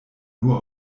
nur